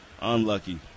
Unlucky